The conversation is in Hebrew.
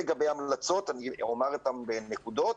לגבי ההמלצות, אני אומר אותן בנקודות.